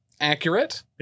accurate